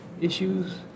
issues